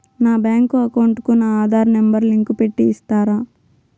నా bank account కు నా ఆధార్ నెంబర్ లింకు పెట్టి ఇస్తారా?